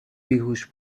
بیهوش